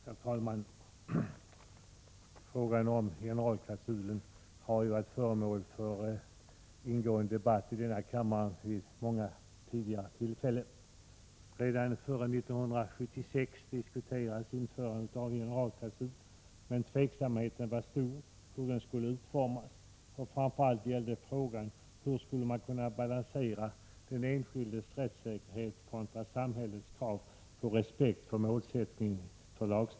Herr talman! Frågan om generalklausulen har varit föremål för ingående debatt i denna kammare vid många tidigare tillfällen. Redan före 1976 diskuterades införandet av en generalklausul, men tveksamheten var stor om hur den skulle utformas. Framför allt gällde frågan hur man skulle kunna balansera den enskildes rättssäkerhet kontra samhällets krav på respekt för lagstiftningens mål.